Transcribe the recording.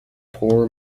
poor